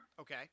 Okay